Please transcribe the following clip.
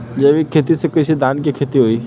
जैविक खेती से कईसे धान क खेती होई?